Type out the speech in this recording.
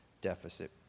deficit